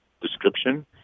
description